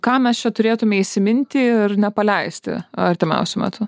ką mes čia turėtume įsiminti ir nepaleisti artimiausiu metu